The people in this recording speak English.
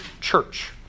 Church